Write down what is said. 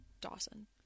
dawson